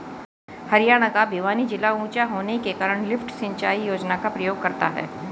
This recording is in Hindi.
हरियाणा का भिवानी जिला ऊंचा होने के कारण लिफ्ट सिंचाई योजना का प्रयोग करता है